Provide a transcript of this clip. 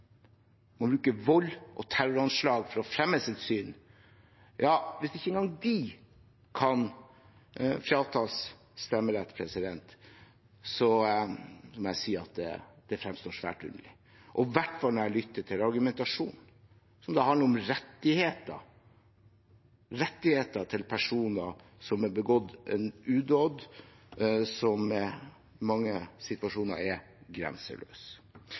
og terroranslag for å fremme sitt syn – hvis ikke engang de kan fratas stemmeretten, må jeg si at det fremstår svært underlig, og i hvert fall når jeg lytter til argumentasjonen. Det handler om rettigheter til personer som har begått en udåd som i mange situasjoner er grenseløs.